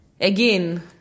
again